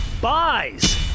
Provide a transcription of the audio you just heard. buys